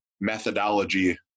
methodology